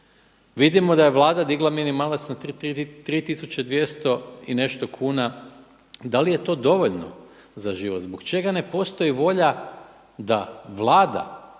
Vidimo da je Vlada digla minimalac na 3200 i nešto kuna. Da li je to dovoljno za život? Zbog čega ne postoji volja da Vlada,